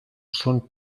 són